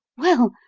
well,